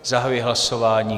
Zahajuji hlasování.